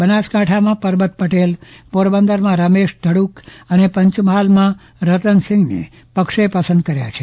બનાસકાંઠામાં પરબત પટેલ પોરબંદરમાં રમેશ દડુક અને પંચમહાલમાં રતનસિંહને પક્ષે પસંદ કર્યા છે